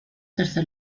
tercer